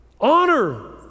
Honor